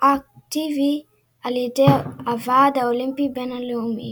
רטרואקטיבי על ידי הוועד האולימפי הבין-לאומי.